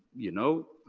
you know,